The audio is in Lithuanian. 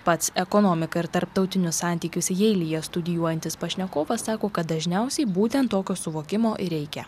pats ekonomiką ir tarptautinius santykius jeilyje studijuojantis pašnekovas sako kad dažniausiai būtent tokio suvokimo ir reikia